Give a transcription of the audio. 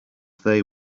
they